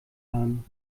haben